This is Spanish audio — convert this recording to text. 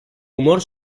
humor